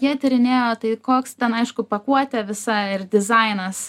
jie tyrinėjo tai koks ten aišku pakuotė visa ir dizainas